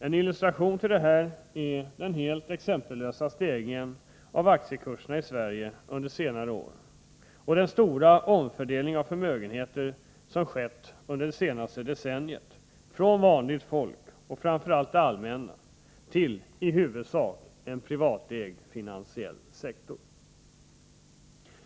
En illustration till detta är den helt exempellösa stegringen av aktiekurserna i Sverige under senare år och den stora omfördelning av förmögenheter som skett under det senaste decenniet, från vanligt folk och framför allt det allmänna, till en i huvudsak privatägd finansiell sektor.